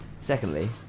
Secondly